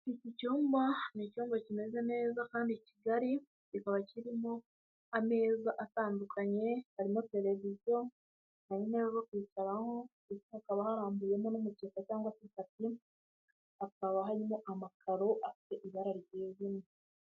Iki cyumba, ni icyumba kimeze neza kandi kigari, kikaba kirimo ameza atandukanye, harimo tereviziyo, hari intebe zo kwicaraho, ndetse hakaba harambuyemo n'umukeka cyangwa se tapi, hakaba harimo amakaro afite ibara ryijimye.